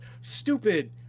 stupid